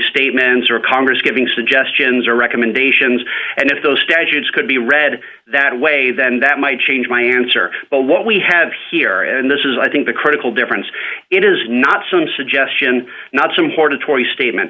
statements or congress giving suggestions or recommendations and if those statutes could be read that way then that might change my answer but what we have here and this is i think the critical difference it is not some suggestion not some hortatory statement